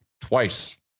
Twice